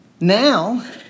Now